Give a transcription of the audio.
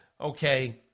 okay